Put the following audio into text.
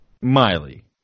Miley